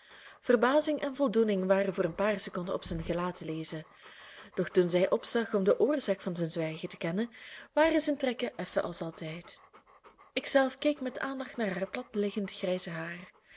verbazing en voldoening waren voor een paar seconden op zijn gelaat te lezen doch toen zij opzag om de oorzaak van zijn zwijgen te kennen waren zijn trekken effen als altijd ik zelf keek met aandacht naar haar plat liggend grijzend haar